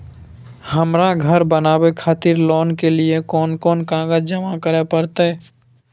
हमरा धर बनावे खातिर लोन के लिए कोन कौन कागज जमा करे परतै?